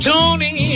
Tony